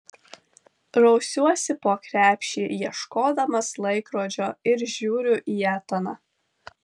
rausiuosi po krepšį ieškodamas laikrodžio ir žiūriu į etaną